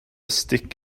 stick